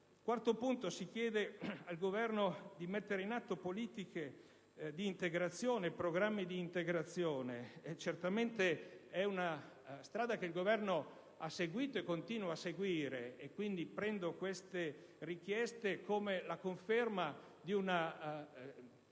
quarto luogo, si chiede al Governo di mettere in atto politiche e programmi d'integrazione. Certamente, questa è una strada che il Governo ha seguito e continua a seguire. Quindi, prendo queste richieste come la conferma di un'azione